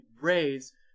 raise